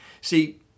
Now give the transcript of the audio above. See